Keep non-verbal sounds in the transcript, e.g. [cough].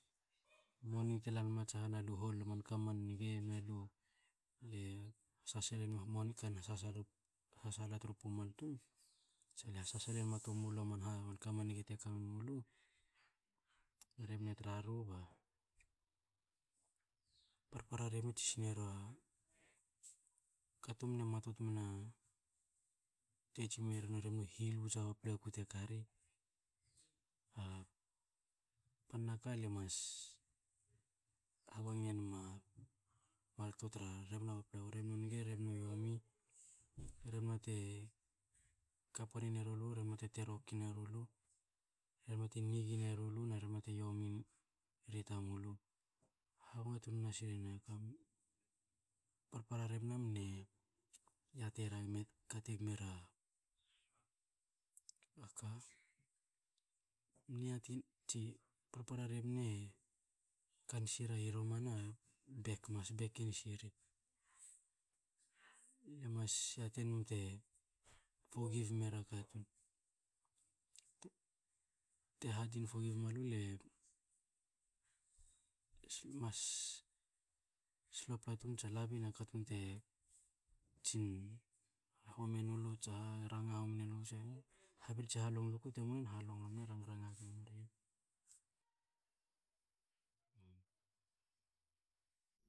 Moni te lanma tsaha na lu hol a manka man nge na lu le e sasal enma moni kana kana sasala ka [unintelligible] tru pumal tum, tsa le ha sasala lenma a toa mulu man ha man ka man nge te kamen mulu, a rebna tra ru ba parpara rebna tsi si nera katum mne matut mne te tsin meren a rebna u hihilu tsa hapapla ku te kari. A pan na ka, le mas habangi inenom a markto tra rebna rebna u nge, rebna yomi, rebna te kapan neru lu, rebna te terokin neru lu, rebna te mne ngil eru lu, na rebna te yomi ri tamulu. Hangatun nasre men. Parpara rebna mne yati ra meka te gom era aka, mne yati tsi i parpara rebna e kansi ra romana bek, emas bek insiri. Le mas yati num te forgive mera katun. Te yatin forgive malu, le mas slopla tun tsa labin a katun te tsin hahomi nelu tsa ha ranga homi ne nulu tse, habirtsi halonglo kute mua nin, halonglo mne raranga gno mriyen, noni.